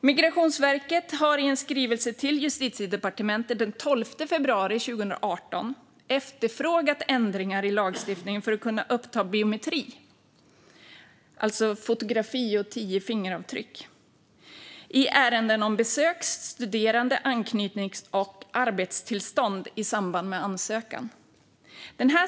Migrationsverket har i en skrivelse till Justitiedepartementet den 12 februari 2018 efterfrågat ändringar i lagstiftningen för att kunna uppta biometri, det vill säga fotografi och tio fingeravtryck, i ärenden om besöks, studerande, anknytnings och arbetstillstånd i samband med ansökan.